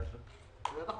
אנחנו